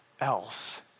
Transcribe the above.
else